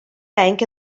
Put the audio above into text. bank